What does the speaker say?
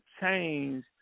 change